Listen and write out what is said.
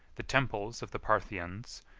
the temples of the parthians,